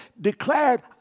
declared